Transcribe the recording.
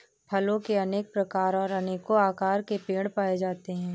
फलों के अनेक प्रकार और अनेको आकार के पेड़ पाए जाते है